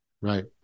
Right